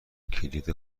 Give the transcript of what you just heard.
کلید